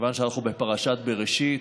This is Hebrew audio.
מכיוון שאנחנו בפרשת בראשית,